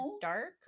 dark